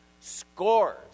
scores